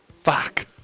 fuck